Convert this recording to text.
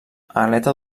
aleta